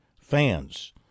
fans